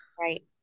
right